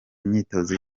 imyitozo